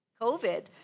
COVID